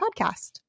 podcast